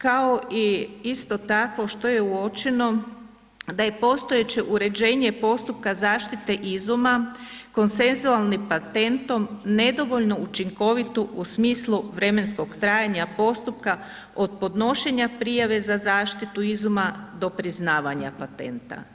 Kao i isto tako što je uočeno da je postojeće uređenje postupka zaštite izuma konsenzualni patentom nedovoljno učinkovito u smislu vremenskog trajanja postupka od podnošenja prijave za zaštitu izuma do priznavanja patenta.